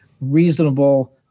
reasonable